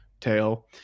tail